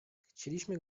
chcieliśmy